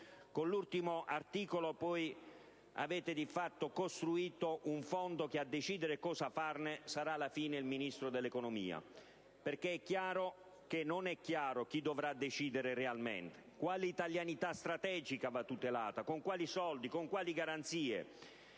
Con l'ultimo articolo poi avete di fatto costruito un fondo che a decidere cosa farne sarà alla fine il Ministro dell'economia, perché non è chiaro chi dovrà decidere realmente, quale italianità strategica vada tutelata, con quali soldi e con quali garanzie.